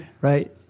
right